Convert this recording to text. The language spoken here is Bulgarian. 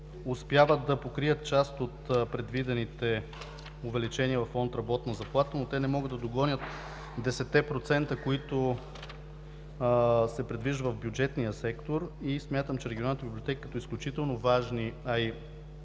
успяват да покрият част от предвидените увеличения във фонд „Работна заплата“, но те не могат да догонят десетте процента, които се предвиждат в бюджетния сектор. Смятам, че регионалните библиотеки като изключително важни, а